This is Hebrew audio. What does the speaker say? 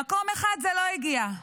למקום אחד זה לא הגיע,